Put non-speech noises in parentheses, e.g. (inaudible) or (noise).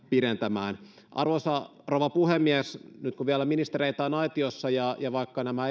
pidentämään arvoisa rouva puhemies nyt kun vielä ministereitä on aitiossa niin vaikka nämä (unintelligible)